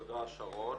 תודה שרון.